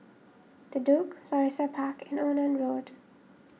the Duke Florissa Park and Onan Road